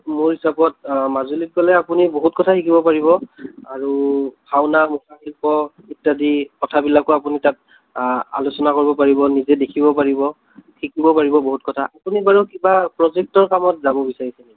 মোৰ হিচাপত মাজুলীত গ'লে আপুনি বহুত কথাই শিকিব পাৰিব আৰু ভাওনা মুখাশিল্প ইত্যাদি কথাবিলাকো আপুনি তাত আলোচনা কৰিব পাৰিব নিজে দেখিব পাৰিব শিকিব পাৰিব বহুত কথা আপুনি বাৰু কিবা প্ৰজেক্টৰ কামত যাব বিচাৰিছে নেকি